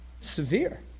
Severe